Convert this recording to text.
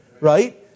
right